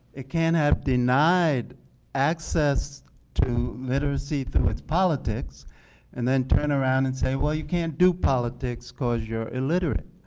it can't have denied access to literacy through its politics and then turn around and say well you can't do politics because you're illiterate.